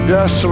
Yes